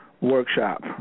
workshop